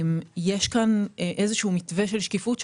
יש מתווה של שקיפות,